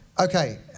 Okay